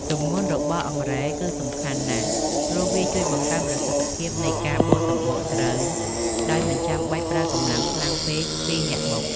ទម្ងន់របស់អង្រែគឺសំខាន់ណាស់ ព្រោះវាជួយបង្កើនប្រសិទ្ធភាពនៃការបកសម្បកស្រូវដោយមិនចាំបាច់ប្រើកម្លាំងខ្លាំងពេកពីអ្នកបុក។